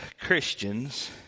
Christians